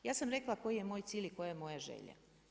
Ja sam rekla koji je moj cilj i koja je moja želja.